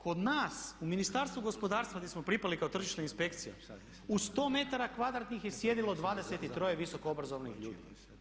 Kod nas u Ministarstvu gospodarstva di smo pripali kao tržišna inspekcija u 100 metara kvadratnih je sjedilo 23 visoko obrazovnih ljudi.